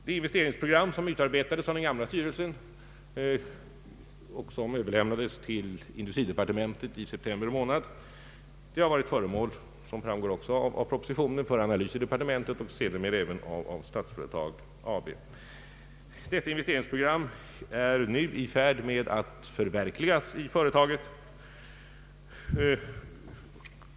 Det investeringsprogram, som utarbetades av den gamla styrelsen och som överlämnades till industridepartementet i september månad, har — som också framgår av propositionen — varit föremål för analys i departementet och sedermera även i Statsföretag AB. Detta investeringsprogram är man nu i färd med att förverkliga.